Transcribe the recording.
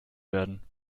werden